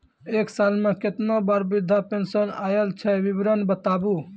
एक साल मे केतना बार वृद्धा पेंशन आयल छै विवरन बताबू?